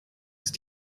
ist